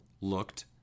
looked